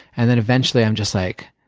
and then, eventually, i'm just like,